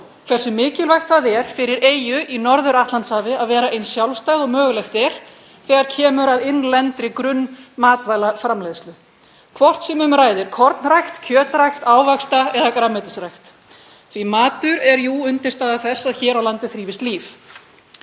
hversu mikilvægt það er fyrir eyju í Norður-Atlantshafi að vera eins sjálfstæð og mögulegt er þegar kemur að innlendri grunnmatvælaframleiðslu, hvort sem um ræðir kornrækt, kjötrækt, ávaxta- eða grænmetisrækt, því matur er jú undirstaða þess að hér á landi þrífist líf.